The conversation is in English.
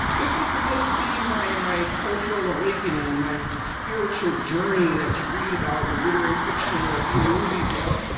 this was supposed to be my my cultural awakening, my spiritual journey that you read about in literary fiction or see in the movies, you know?